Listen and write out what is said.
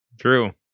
true